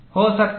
हो सकता है